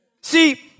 See